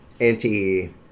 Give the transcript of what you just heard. anti